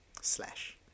Slash